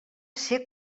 ser